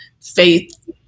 faith